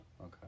Okay